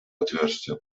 отверстие